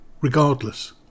regardless